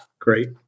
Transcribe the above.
great